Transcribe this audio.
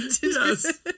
Yes